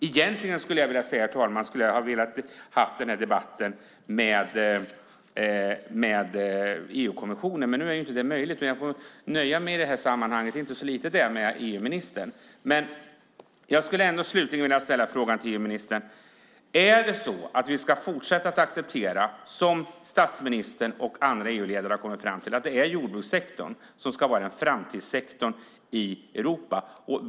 Egentligen, herr talman, skulle jag ha velat ha den här debatten med EU-kommissionen. Men nu är det ju inte möjligt, utan jag får i det här sammanhanget nöja mig, och det är inte så lite det, med EU-ministern. Jag vill slutligen ställa ett par frågor till EU-ministern: Ska vi fortsätta acceptera att det är jordbrukssektorn som ska vara framtidssektorn i Europa, vilket statsministern och andra EU-ledare har kommit fram till?